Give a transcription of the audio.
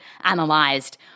analyzed